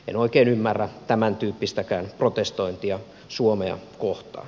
en oikein ymmärrä tämäntyyppistäkään protestointia suomea kohtaan